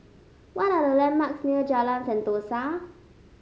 what are the landmarks near Jalan Sentosa